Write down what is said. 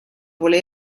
pole